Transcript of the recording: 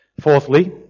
Fourthly